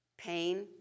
Pain